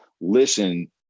listen